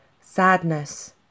sadness